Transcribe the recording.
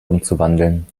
umzuwandeln